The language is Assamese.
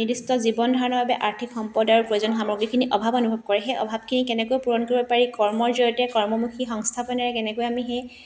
নিৰ্দিষ্ট জীৱন ধাৰণৰ বাবে আৰ্থিক সম্প্ৰদায়ৰ প্ৰয়োজনীয় সামগ্ৰীখিনি অভাৱ অনুভৱ কৰে সেই অভাৱখিনি কেনেকৈ পূৰণ কৰিব পাৰি কৰ্মৰ জৰিয়তে কৰ্মমুখী সংস্থাপনেৰে কেনেকৈ আমি সেই